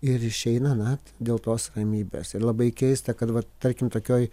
ir išeina na dėl tos ramybės ir labai keista kad vat tarkim tokioj